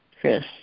Chris